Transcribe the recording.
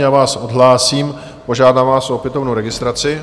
Já vás odhlásím, požádám vás o opětovnou registraci.